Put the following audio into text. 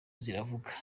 ziravuga